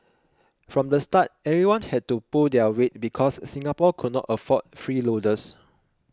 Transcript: from the start everyone had to pull their weight because Singapore could not afford freeloaders